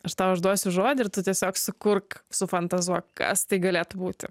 aš tau užduosiu žodį ir tu tiesiog sukurk sufantazuok kas tai galėtų būti